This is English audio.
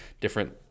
different